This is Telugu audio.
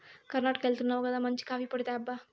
కర్ణాటకెళ్తున్నావు గదా మంచి కాఫీ పొడి తేబ్బా